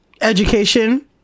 education